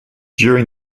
during